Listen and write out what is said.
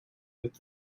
with